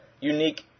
unique